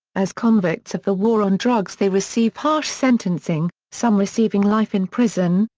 as convicts of the war on drugs they receive harsh sentencing, some receiving life in prison,